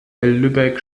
lübeck